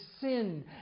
sin